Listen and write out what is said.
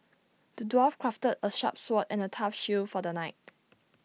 the dwarf crafted A sharp sword and A tough shield for the knight